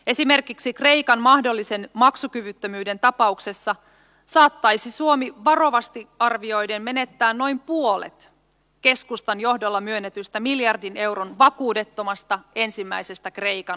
esimerkiksi kreikan mahdollisen maksukyvyttömyyden tapauksessa saattaisi suomi varovasti arvioiden menettää noin puolet keskustan johdolla myönnetystä miljardin euron vakuudettomasta ensimmäisestä kreikan lainaohjelmasta